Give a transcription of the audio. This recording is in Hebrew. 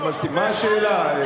מה השאלה?